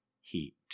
heat